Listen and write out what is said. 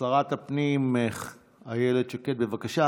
שרת הפנים אילת שקד, בבקשה.